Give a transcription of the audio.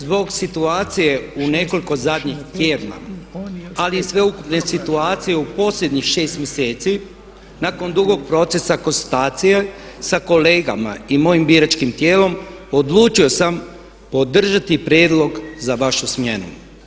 Zbog situacije u nekoliko zadnjih tjedana ali i sveukupne situacije u posljednjih 6 mjeseci, nakon dugog procesa konstatacije sa kolegama i mojim biračkim tijelom odlučio sam podržati prijedlog za vašu smjenu.